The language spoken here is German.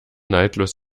neidlos